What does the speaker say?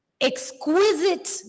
exquisite